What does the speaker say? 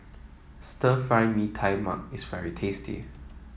Stir Fry Mee Tai Mak is very tasty